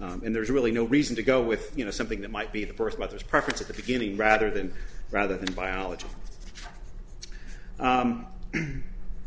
and there's really no reason to go with you know something that might be the birth mother's preference at the beginning rather than rather than biology